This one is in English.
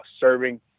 serving